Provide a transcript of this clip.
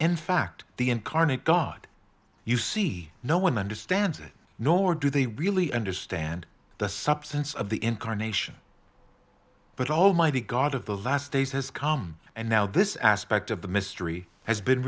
in fact the incarnate god you see no one understands it nor do they really understand the substance of the incarnation but almighty god of the last days has come and now this aspect of the mystery has been